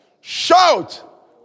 Shout